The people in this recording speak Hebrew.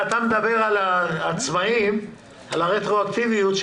מדבר על הרטרואקטיביות של העצמאים,